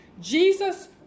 Jesus